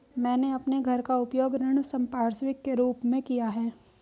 मैंने अपने घर का उपयोग ऋण संपार्श्विक के रूप में किया है